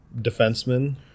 defenseman